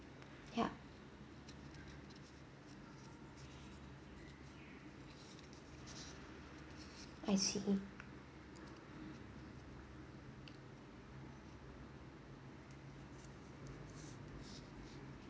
yup I see